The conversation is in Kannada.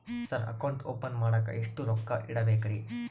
ಸರ್ ಅಕೌಂಟ್ ಓಪನ್ ಮಾಡಾಕ ಎಷ್ಟು ರೊಕ್ಕ ಇಡಬೇಕ್ರಿ?